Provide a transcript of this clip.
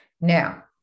Now